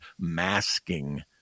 masking